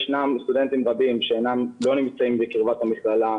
ישנם סטודנטים רבים שלא נמצאים בקרבת המכללה,